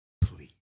Please